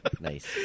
Nice